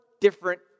different